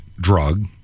Drug